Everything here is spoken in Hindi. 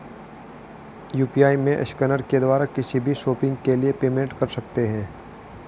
यू.पी.आई में स्कैनर के द्वारा भी किसी भी शॉपिंग के लिए पेमेंट कर सकते है